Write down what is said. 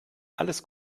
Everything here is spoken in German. alles